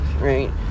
right